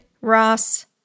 Ross